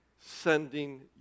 sending